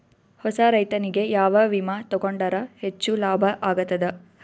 ಹೊಸಾ ರೈತನಿಗೆ ಯಾವ ವಿಮಾ ತೊಗೊಂಡರ ಹೆಚ್ಚು ಲಾಭ ಆಗತದ?